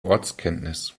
ortskenntnis